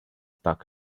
talk